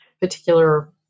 particular